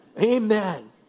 Amen